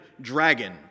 dragon